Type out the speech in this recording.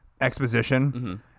exposition